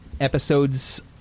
episodes